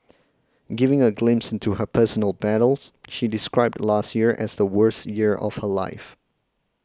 giving a glimpse into her personal battles she described last year as the worst year of her life